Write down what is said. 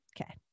okay